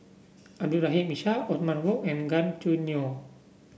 Abdul Rahim Ishak Othman Wok and Gan Choo Neo